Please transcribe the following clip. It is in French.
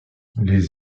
les